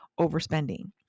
overspending